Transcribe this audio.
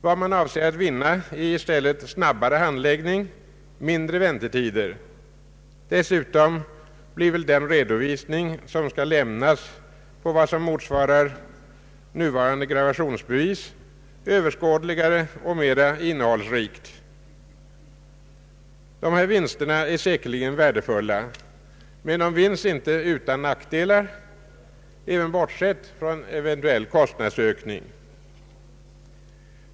Vad man avser att vinna är i stället snabbare handläggning och kortare väntetid. Dessutom blir väl den redovisning som skall lämnas på vad som motsvarar nuvarande gravationsbevis mer överskådlig och mer innehållsrik. Dessa vinster är säkerligen värdefulla, men de fås inte utan nackdelar, även bortsett från eventuell kostnadsökning.